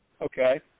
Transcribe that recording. Okay